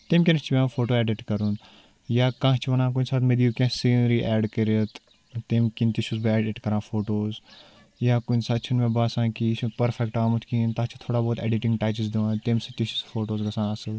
تَمہِ کِنٮ۪تھ چھِ پٮ۪وان فوٹو اٮ۪ڈِٹ کَرُن یا کانٛہہ چھِ وَنان کُنہِ ساتہٕ مےٚ دِیِو کیٚنٛہہ سیٖنری اٮ۪ڈ کٔرِتھ تَمہِ کِنۍ تہِ چھُس بہٕ اٮ۪ڈِٹ کَران فوٹوز یا کُنہِ ساتہٕ چھِنہٕ مےٚ باسان کہِ یہِ چھُ پٔرفٮ۪کٹ آمُت کِہیٖنۍ تتھ چھِ تھوڑا بہت اٮ۪ڈِٹِنٛگ ٹَچٕز دِوان تَمہِ سۭتۍ تہِ چھُس فوٹوز گژھان اَصٕل